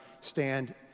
stand